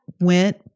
went